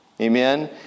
amen